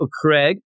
Craig